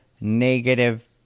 negative